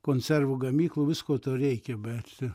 konservų gamyklų visko to reikia bet